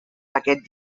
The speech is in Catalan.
paquet